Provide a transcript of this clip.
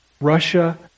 Russia